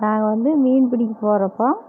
நாங்கள் வந்து மீன் பிடிக்க போகிறப்ப